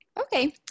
okay